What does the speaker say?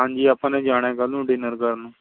ਹਾਂਜੀ ਆਪਾਂ ਨੇ ਜਾਣਾ ਹੈ ਕੱਲ੍ਹ ਨੂੰ ਡਿਨਰ ਕਰਨ ਨੂੰ